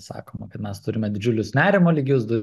sakoma kad mes turime didžiulius nerimo lygius du